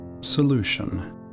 solution